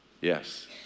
Yes